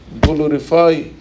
glorify